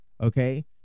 Okay